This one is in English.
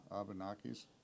Abenakis